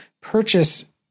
purchase